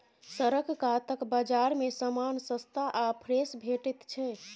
सड़क कातक बजार मे समान सस्ता आ फ्रेश भेटैत छै